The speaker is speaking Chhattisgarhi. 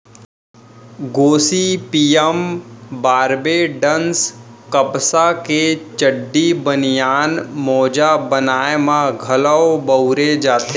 गोसिपीयम बारबेडॅन्स कपसा के चड्डी, बनियान, मोजा बनाए म घलौ बउरे जाथे